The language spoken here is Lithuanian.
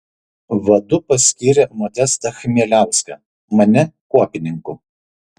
vadu paskyrė modestą chmieliauską mane kuopininku